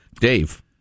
dave